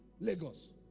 Lagos